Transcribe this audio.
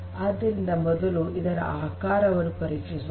ಆದ್ದರಿಂದ ಮೊದಲು ಇದರ ಆಕಾರವನ್ನು ಪರೀಕ್ಷಿಸೋಣ